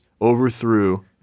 overthrew